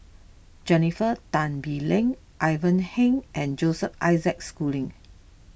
Jennifer Tan Bee Leng Ivan Heng and Joseph Isaac Schooling